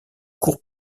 courts